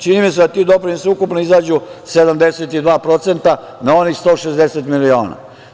Čini mi se da ti doprinosi ukupno izađu 72% na onih 160 miliona.